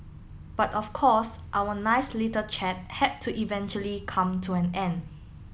but of course our nice little chat had to eventually come to an end